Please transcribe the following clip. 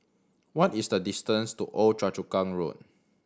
what is the distance to Old Choa Chu Kang Road